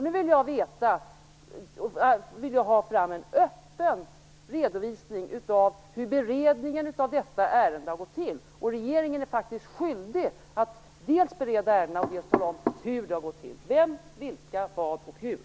Nu vill jag ha en öppen redovisning av hur beredningen av detta ärende har gått till. Regeringen är faktiskt skyldig dels att bereda ärendena, dels att tala om hur det har gått till. Vem, vilka, vad och hur?